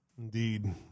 Indeed